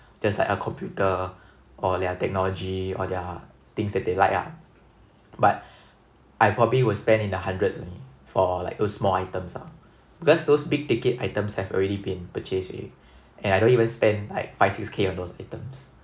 just like a computer or their technology or their things that they like lah but I probably will spend in the hundreds only for like those small items ah unless those big ticket items have already been purchased already and I don't even spend like five six K on those items